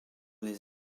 les